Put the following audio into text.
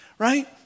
Right